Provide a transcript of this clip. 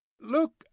look